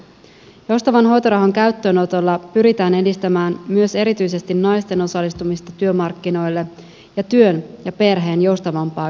joustavan hoitorahan käyttöönotolla pyritään edistämään myös erityisesti naisten osallistumista työmarkkinoille ja työn ja perheen joustavampaa yhteensovittamista